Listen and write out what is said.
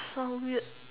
so weird